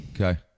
Okay